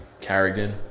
Carrigan